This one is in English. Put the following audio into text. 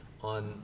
on